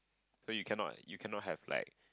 so you cannot you cannot have like